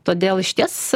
todėl išties